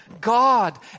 God